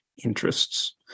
interests